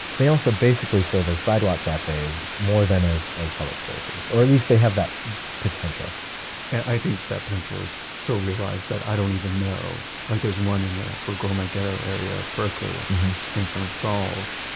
they also basically serve as sidewalk cafes more than as as public spaces, or at least they have that potential i think that potential is so realized that i don't even know. like there's one in the sort of gourmet ghetto area of berkeley in front of saul's,